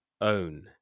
own